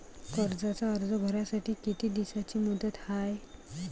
कर्जाचा अर्ज भरासाठी किती दिसाची मुदत हाय?